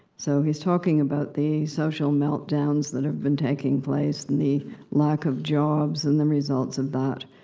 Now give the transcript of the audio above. so, he's talking about the social meltdowns that have been taking place, and the lack of jobs, and the results of that.